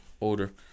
Older